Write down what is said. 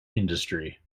industry